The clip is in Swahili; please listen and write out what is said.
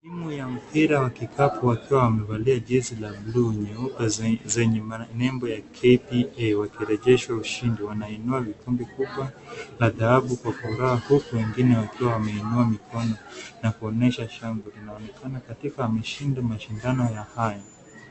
Timu ya mpira wa kikapu wakiwa wamevalia jezi la buluu nyeupe zenye nembo ya KPA wakirejeshwa ushindi, wanainua kikombe kubwa la dhahabu kwa furaha huku wengine wakiwa wameinua mikono na kuonyesha shangwe. Inaonekana katika wameshinda mashindano ya hayo.